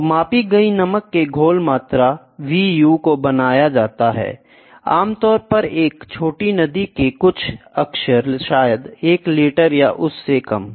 तो मापी गई नमक के घोल मात्रा V u को बनाया जाता है आम तौर पर एक छोटी नदी के कुछ अक्षर शायद 1 लीटर या उससे कम